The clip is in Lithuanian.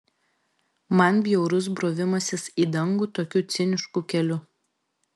man bjaurus brovimasis į dangų tokiu cinišku keliu